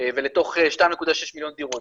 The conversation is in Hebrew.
ולתוך 2.6 מיליון דירות,